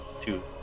two